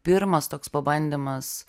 pirmas toks pabandymas